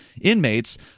inmates